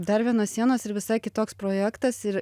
dar vienos sienos ir visai kitoks projektas ir